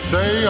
Say